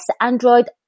Android